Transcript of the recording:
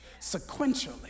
sequentially